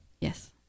Yes